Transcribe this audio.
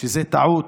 שזו טעות,